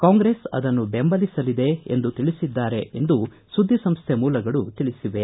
ಕಾಂಗ್ರೆಸ್ ಅದನ್ನು ಬೆಂಬಲಿಸಲಿದೆ ಎಂದು ತಿಳಿಸಿದ್ದಾರೆ ಎಂದು ಸುದ್ದಿ ಸಂಸ್ಥೆ ಮೂಲಗಳು ತಿಳಿಸಿವೆ